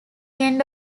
end